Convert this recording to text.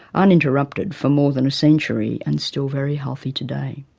uninterrupted for more than a century, and still very healthy today.